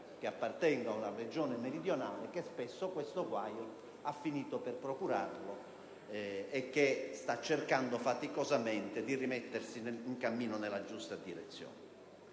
che provengo da una Regione meridionale che spesso questo guaio ha finito per procurarlo e che sta cercando faticosamente di rimettersi in cammino nella giusta direzione.